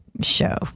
show